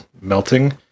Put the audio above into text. melting